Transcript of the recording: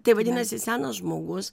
tai vadinasi senas žmogus